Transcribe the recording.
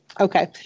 Okay